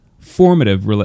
formative